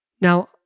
Now